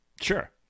Sure